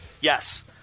Yes